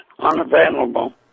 unavailable